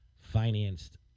financed